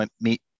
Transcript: meet